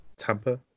Tampa